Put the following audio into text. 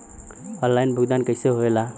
Online भुगतान कैसे होए ला?